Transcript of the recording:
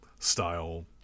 style